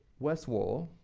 west wall.